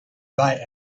buy